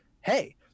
Hey